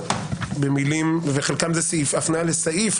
במילים חלקם זה הפניה לסעיף,